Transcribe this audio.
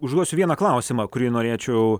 užduosiu vieną klausimą kurį norėčiau